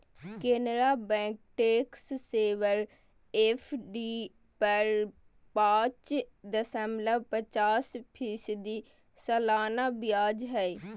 Canara bank tax saver FD पर पाच दशमलब पचास फीसदी सालाना ब्याज हइ